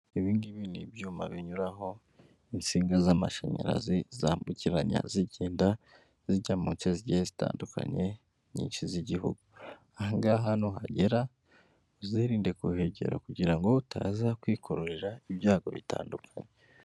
Ibi ngibi ni ibyuma binyuraho insinga z'amashanyarazi zambukiranya zigenda, zijya muce zigiye zitandukanye nyinshi z'igihugu. Aha ngaha nuhagera uzirinde kuhegera kugira ngo utaza kwikururira ibyago bitandukanye.